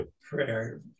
prayer